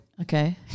Okay